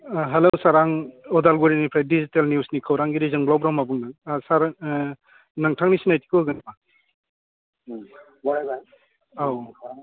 hello sir आं उदालगुरिनिफ्राय digital निउसनि खौरांगिरि जोंब्लाव ब्रह्म बुंदों सार आं नोंथांंनि सिनायथिखौ होग्रो नामा औ